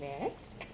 next